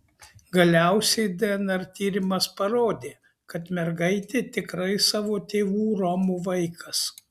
galiausiai dnr tyrimas parodė kad mergaitė tikrai savo tėvų romų vaikas